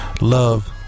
love